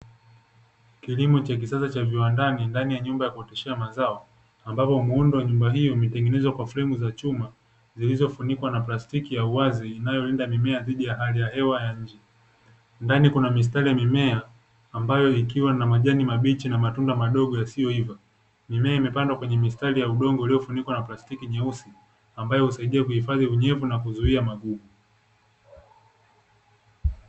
Kilimo cha kisasa cha viwandani ndani ya nyumba ya kuoteshea mazao, ambapo muundo wa nyumba hiyo imetengenezwa kwa fremu za chuma zilizofunikiwa na plastiki ya uwazi inayolinda mimea dhidi ya hali ya hewa ya nje. Ndani kuna mistari ya mimea ambayo ikiwa na majani mabichi na matunda madogo yasiyoiva. Mimea imepandwa kwenye mistari ya udongo iliyofunikizwa na plastiki nyeusi ambayo husaidia kuhifadhi unyevu na kuzuia magugu.